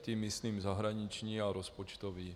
Tím myslím zahraniční a rozpočtový.